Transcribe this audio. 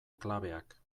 klabeak